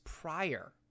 prior